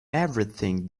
everything